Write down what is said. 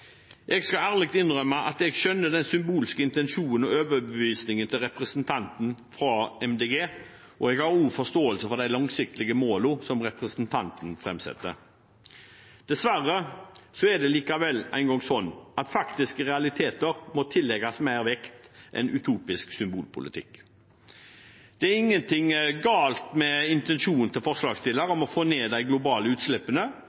Jeg skal ærlig innrømme at jeg skjønner den symbolske intensjonen og overbevisningen til representanten fra Miljøpartiet De Grønne, og jeg har også forståelse for de langsiktige målene som representanten framsetter. Dessverre er det likevel engang sånn at faktiske realiteter må tillegges mer vekt enn utopisk symbolpolitikk. Det er ingenting galt med intensjonen til forslagsstilleren om å få ned de globale utslippene.